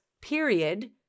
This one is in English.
period